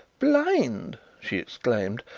blind! she exclaimed,